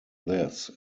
this